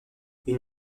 une